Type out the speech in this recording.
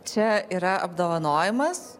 čia yra apdovanojimas